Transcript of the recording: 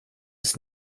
ist